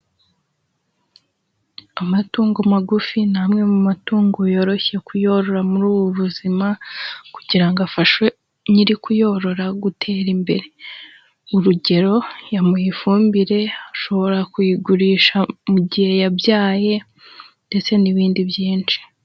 Amatungo magufi ni amwe mu matungo yoroshye kuyorora muri ubu buzima kugira ngo afashe nyiri kuyorora gutera imbere. Urugero yamuha ifumbire, ashobora kuyagurisha mu gihe yabyaye ndetse n'ibindi byinshi.